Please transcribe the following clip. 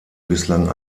bislang